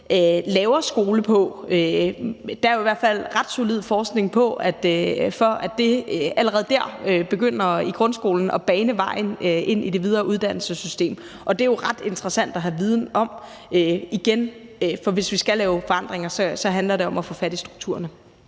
laver skole på. Der er jo i hvert fald ret solid forskning om, at det allerede i grundskolen begynder at bane vejen ind i det videre uddannelsessystem. Og det er jo ret interessant at have viden om, for – igen – hvis vi skal lave forandringer, handler det om at få fat i strukturerne.